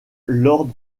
lord